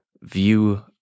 view